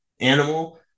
animal